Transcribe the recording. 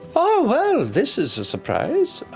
oh, well, this is a surprise.